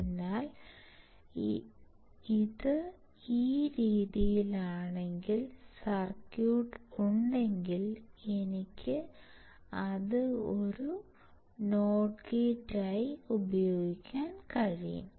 അതിനാൽ ഇത് ഈ രീതിയിലാണെങ്കിൽ സർക്യൂട്ട് ഉണ്ടെങ്കിൽ എനിക്ക് അത് ഒരു നോട്ട് ഗേറ്റായി ഉപയോഗിക്കാൻ കഴിയും